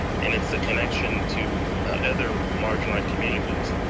and it's the connection to other marginalized communities